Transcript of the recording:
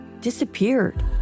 disappeared